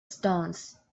stones